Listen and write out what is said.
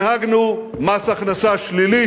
הנהגנו מס הכנסה שלילי